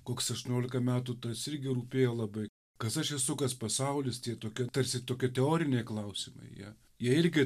koks aštuoniolika metų tas irgi rūpėjo labai kas aš esu kas pasaulis tie tokie tarsi tokie teoriniai klausimai jie jie irgi